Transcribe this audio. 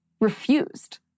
refused